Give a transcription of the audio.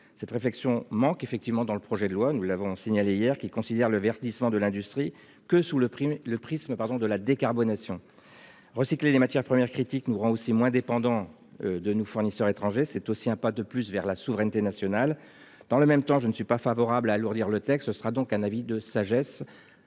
Cette réflexion manque effectivement dans le projet de loi, nous l'avons signalé hier, qui considère le verdissement de l'industrie que sous le prix le prisme pardon de la décarbonation. Recycler les matières premières critiques nous rend aussi moins dépendants de nos fournisseurs étrangers. C'est aussi un pas de plus vers la souveraineté nationale. Dans le même temps, je ne suis pas favorable à alourdir le texte, ce sera donc un avis de sagesse.